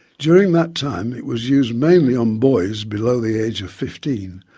during that time it was used mainly on boys below the age of fifteen,